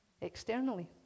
externally